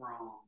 wrong